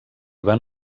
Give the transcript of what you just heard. van